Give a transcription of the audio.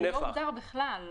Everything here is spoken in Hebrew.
לא מוגדר בכלל.